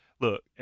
look